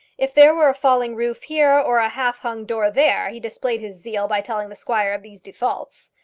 if there were a falling roof here or a half-hung door there, he displayed his zeal by telling the squire of these defaults.